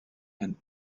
and